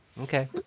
Okay